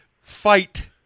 fight